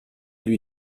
lui